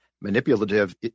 manipulative